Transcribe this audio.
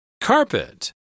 Carpet